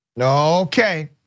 Okay